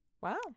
Wow